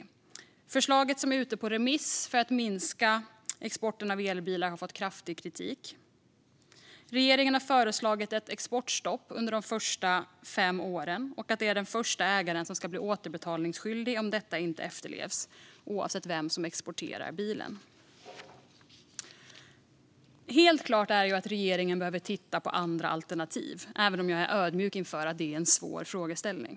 Det förslag för att minska exporten av elbilar som är ute på remiss har fått kraftig kritik. Regeringen har föreslagit ett exportstopp under de första fem åren samt att det är den första ägaren som ska bli återbetalningsskyldig om detta inte efterlevs, oavsett vem som exporterar bilen. Helt klart är att regeringen behöver titta på andra alternativ, även om jag är ödmjuk inför att detta är en svår frågeställning.